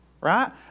right